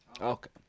Okay